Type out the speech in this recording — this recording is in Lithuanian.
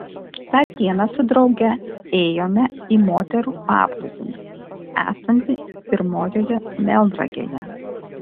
tą dieną su drauge ėjome į moterų paplūdimį esantį pirmojoje melnragėje